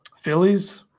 Phillies